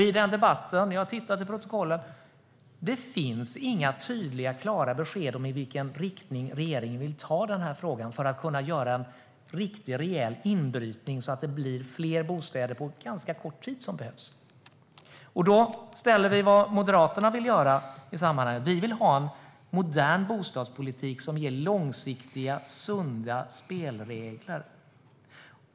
Jag har tittat i protokollet, och det finns inga tydliga och klara besked om i vilken riktning regeringen vill ta den här frågan för att kunna göra en riktigt rejäl inbrytning så att det blir fler bostäder på ganska kort tid, vilket behövs. Vad vill då Moderaterna göra i sammanhanget? Vi vill ha en modern bostadspolitik som ger långsiktiga, sunda spelregler.